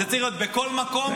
זה צריך להיות בכל מקום,